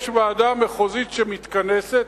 יש ועדה מחוזית שמתכנסת,